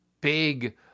big